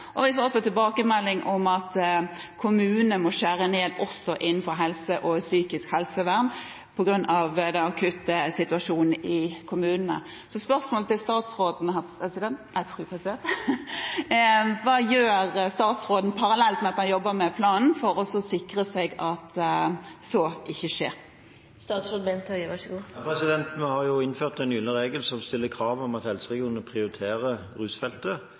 og vi får tilbakemeldinger om at kommunene må skjære ned også innenfor helse og psykisk helsevern på grunn av den akutte situasjonen i kommunene. Så spørsmålet til statsråden er: Hva gjør statsråden, parallelt med at han jobber med planen, for å sikre at så ikke skjer? Vi har jo innført «den gylne regel», som stiller krav om at helseregionene prioriterer rusfeltet.